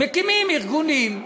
מקימים ארגונים,